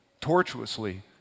tortuously